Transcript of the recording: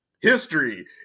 History